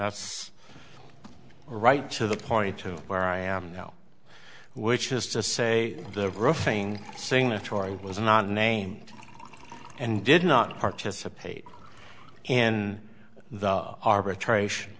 that's right to the point to where i am now which is to say the roofing singer tori was not name and did not participate in the arbitration